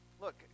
Look